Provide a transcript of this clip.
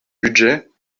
budget